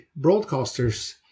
broadcasters